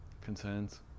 Concerns